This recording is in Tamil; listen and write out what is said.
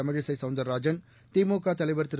தமிழிசை சௌந்தரராஜன் திமுக தலைவர் திரு